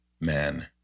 man